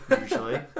usually